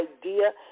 idea